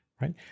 right